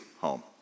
home